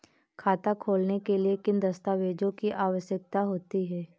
खाता खोलने के लिए किन दस्तावेजों की आवश्यकता होती है?